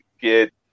get